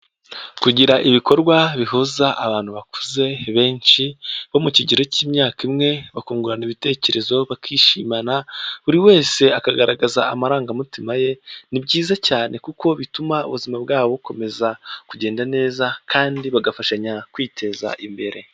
Kugira ibikorwa bihuza abantu bakuze benshi, bo mu kigero cy'imyaka imwe, bakungurana ibitekerezo, bakishimana, buri wese akagaragaza amarangamutima ye, ni byiza cyane kuko bituma ubuzima bwabo bukomeza kugenda neza, kandi bagafashanya kwiteza imbere.